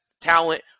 talent